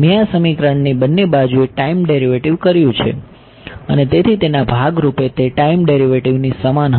મેં આ સમીકરણની બંને બાજુએ ટાઈમ ડેરિવેટિવ કર્યું છે અને તેથી તેના ભાગ રૂપે તે ટાઈમ ડેરિવેટિવની સમાન હશે